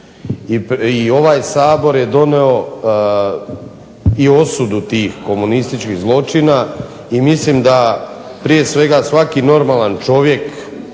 i ovaj Sabor je donio i osudu tih komunističkih zločina i mislim da prije svega svaki normalan čovjek